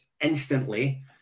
instantly